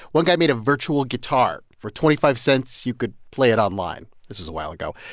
one guy made a virtual guitar. for twenty five cents, you could play it online. this was a while ago.